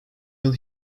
yıl